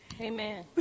Amen